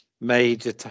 major